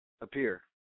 appear